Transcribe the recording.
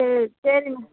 சே சரிண்ண